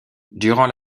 durant